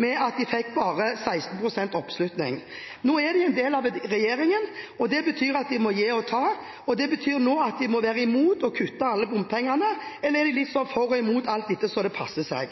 med at de fikk bare 16 pst. oppslutning. Nå er de en del av regjeringen, og det betyr at de må gi og ta, og det betyr nå at de må være imot å kutte alle bompengene. Eller er de litt sånn for og imot alt ettersom det passer seg?